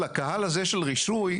לקהל הזה של רישוי,